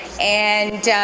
and,